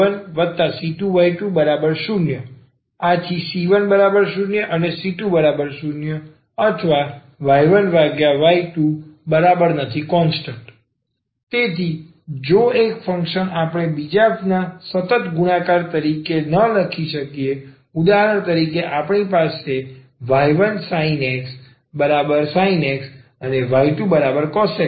c1y1c2y20⇒c10c20 ory1y2constant તેથી જો એક ફંકશન આપણે બીજાના સતત ગુણાકાર તરીકે ન લખી શકીએ ઉદાહરણ તરીકે આપણી પાસે y1sin x y2 cos x છે